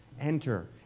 enter